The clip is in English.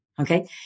Okay